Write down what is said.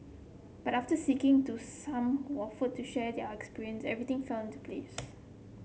but after to some offered to share their experience everything fun to place